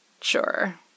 Sure